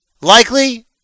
Likely